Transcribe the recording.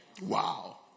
Wow